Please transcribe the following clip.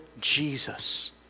Jesus